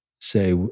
say